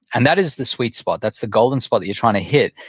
and that is the sweet spot. that's the golden spot that you're trying to hit.